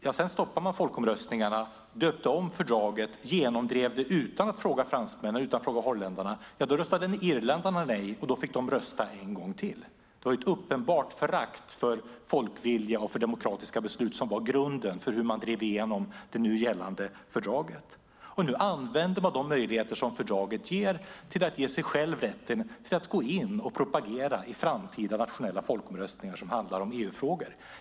Så stoppade man folkomröstningarna, döpte om fördraget, genomdrev det utan att fråga fransmännen, utan att fråga holländarna. Då röstade irländarna nej, och de fick rösta en gång till. Det var ett uppenbart förakt för folkvilja och demokratiska beslut som var grunden för hur man drev igenom det gällande fördraget. Nu använder man de möjligheter som fördraget ger till att ge sig själv rätten att gå in och propagera i framtida nationella folkomröstningar som handlar om EU-frågor.